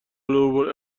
العبور